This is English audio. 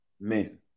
men